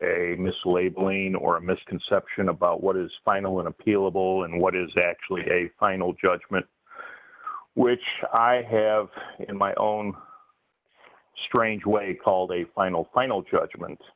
mislabeling or a misconception about what is final unappealable and what is actually a final judgment which i have in my own strange way called a final final judgment